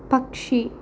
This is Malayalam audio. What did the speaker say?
പക്ഷി